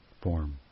form